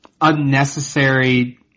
unnecessary